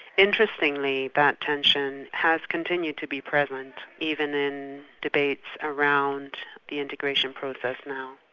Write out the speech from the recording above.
interestingly, that tension has continued to be present even in debates around the integration process now.